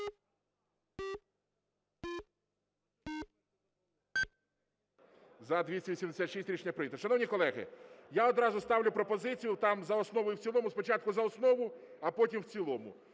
За-286 Рішення прийнято. Шановні колеги, я одразу ставлю пропозицію там за основу і в цілому. Спочатку за основу, а потім в цілому.